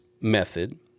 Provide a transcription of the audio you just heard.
method